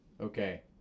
Okay